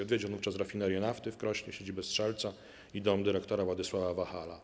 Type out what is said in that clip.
Odwiedził on wówczas rafinerię nafty w Krośnie, siedzibę „Strzelca” i dom dyrektora Władysława Wachala.